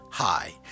Hi